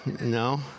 No